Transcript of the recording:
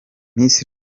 miss